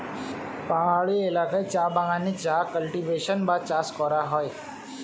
পাহাড়ি এলাকায় চা বাগানে চা কাল্টিভেশন বা চাষ করা হয়